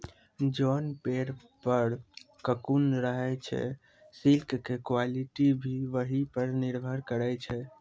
जोन पेड़ पर ककून रहै छे सिल्क के क्वालिटी भी वही पर निर्भर करै छै